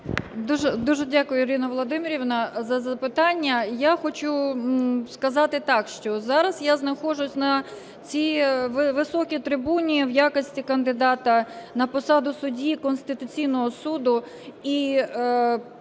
Дуже дякую, Ірина Володимирівна, за запитання. Я хочу сказати так, що зараз я знаходжусь на цій високій трибуні в якості кандидата на посаду судді Конституційного Суду.